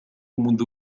منذ